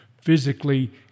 physically